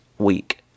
week